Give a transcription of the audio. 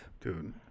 Dude